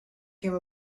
came